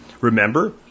Remember